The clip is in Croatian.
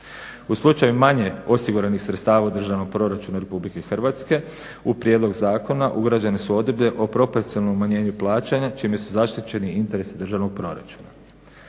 U slučaju manje osiguranih sredstava u državnom proračunu Republike Hrvatske u prijedlog zakona ugrađene su odredbe o proporcionalnom umanjenju plaćanja čime su zaštićeni interesi državnog proračuna.